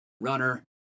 runner